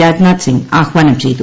രാജ്നാഥ് സിംഗ് ആഹാനം ചെയ്തു